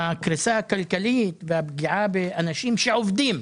זאת קריסה כלכלית ופגיעה באנשים שעובדים.